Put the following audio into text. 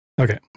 Okay